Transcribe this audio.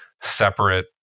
separate